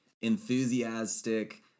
enthusiastic